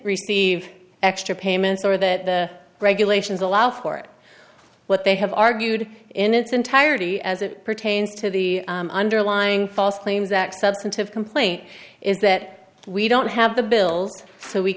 receive extra payments or that the regulations allow for it what they have argued in its entirety as it pertains to the underlying false claims that substantive complaint is that we don't have the bills so we